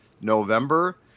November